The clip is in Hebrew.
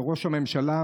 לראש הממשלה,